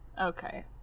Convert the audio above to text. okay